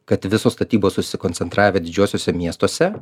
kad visos statybos susikoncentravę didžiuosiuose miestuose